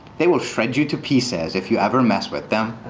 they will shred you to pieces if you ever mess with them.